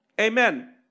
Amen